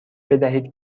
بدهید